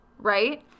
right